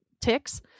ticks